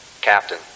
Captain